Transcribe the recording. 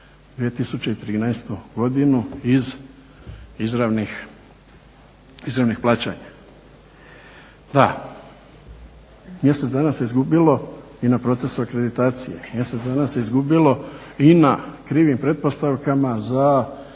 2013. godinu iz izravnih, izravnih plaćanja. Da, mjesec dana se izgubilo na procesu akreditacije, mjesec dana se izgubilo i na krivim pretpostavkama za